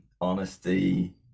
honesty